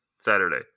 Saturday